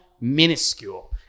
minuscule